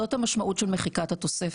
זאת המשמעות של מחיקת התוספת.